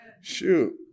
Shoot